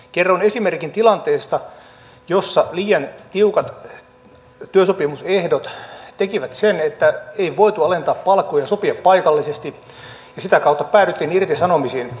kerron esimerkin tilanteesta jossa liian tiukat työsopimusehdot tekivät sen että ei voitu alentaa palkkoja sopia paikallisesti ja sitä kautta päädyttiin irtisanomisiin